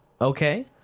okay